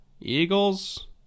Eagles